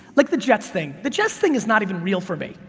like the jets thing, the jets thing is not even real for me.